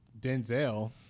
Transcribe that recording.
Denzel